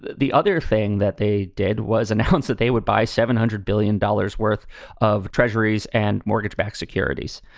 the other thing that they did was announce that they would buy seven hundred billion dollars worth of treasuries and mortgage backed securities,